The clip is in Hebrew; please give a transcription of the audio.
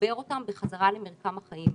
לחבר אותם בחזרה למרקם החיים,